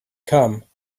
come